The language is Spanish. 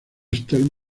stern